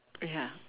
ya